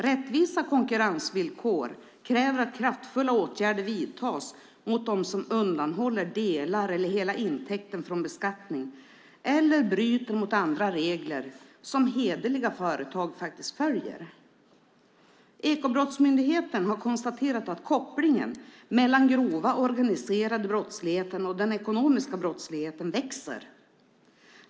Rättvisa konkurrensvillkor kräver att kraftfulla åtgärder vidtas mot dem som undanhåller delar eller hela intäkten från beskattning eller bryter mot andra regler som hederliga företag faktiskt följer. Ekobrottsmyndigheten har konstaterat att kopplingen mellan den grova organiserade brottsligheten och den ekonomiska brottsligheten växer.